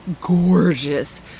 gorgeous